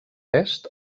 est